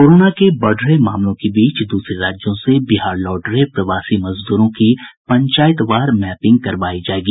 corona के बढ़ रहे मामलों के बीच दूसरे राज्यों से बिहार लौट रहे प्रवासी मजदूरों की पंचायत वार मैपिंग करावाई जायेगी